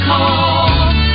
Call